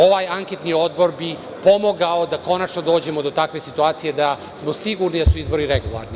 Ovaj anketni odbor bi pomogao da konačno dođemo da takve situacije da smo sigurni da su izbori regularni.